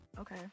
okay